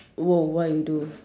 !woah! what you do